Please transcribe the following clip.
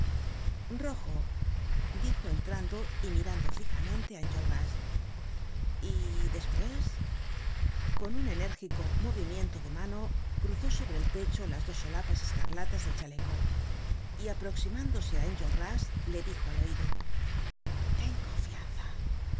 rojo dijo entrando y mirando fijamente á enjolras y despues con un enérgico movimiento de mano cruzó sobre el pecho las dos solapas escarlatas del chaleco y aproximándose á enjolras le dijo al oido ten confianza